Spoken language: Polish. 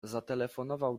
zatelefonował